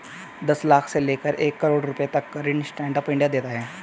दस लाख से लेकर एक करोङ रुपए तक का ऋण स्टैंड अप इंडिया देता है